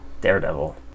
Daredevil